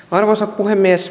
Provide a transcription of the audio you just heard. arvoisa puhemies